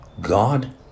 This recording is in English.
God